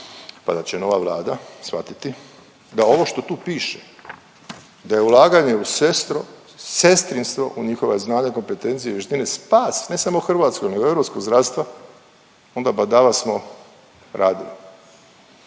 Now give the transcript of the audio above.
valjda će nova Vlada shvatiti da ovo što tu piše da je ulaganje u sestru, sestrinstvo, njihova znanja, kompetencije, vještine spas ne samo hrvatskog nego i europskog zdravstva onda badava smo radili